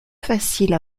facile